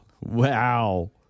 Wow